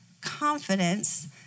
confidence